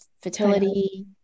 fertility